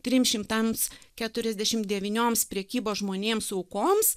trim šimtams keturiasdešim devynioms prekybos žmonėms aukoms